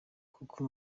kuko